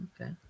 Okay